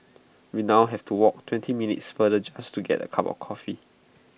we now have to walk twenty minutes farther just to get A cup of coffee